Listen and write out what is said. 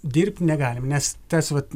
dirbti negalim nes tas vat